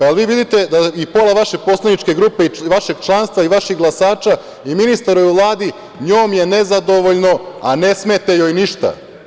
Da li vi vidite da je i pola vaše poslaničke grupe, i vašeg članstva, i vaših glasača, i ministara u Vladi, njome nezadovoljno, a ne smete joj ništa.